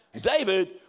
David